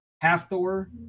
Half-Thor